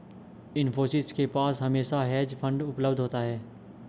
इन्फोसिस के पास हमेशा हेज फंड उपलब्ध होता है